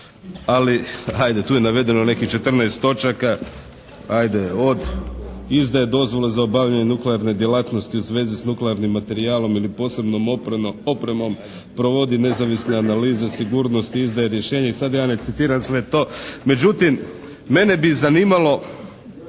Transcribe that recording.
ali ajde. Tu je navedeno nekih 14 točaka, ajde od izdaje dozvole za obavljanje nuklearne djelatnosti u svezi s nuklearnim materijalom ili posebnom opremom provodi nezavisne analize, sigurnosti, izdaje rješenje, i sad da je citiram sve to. Međutim, mene bi zanimalo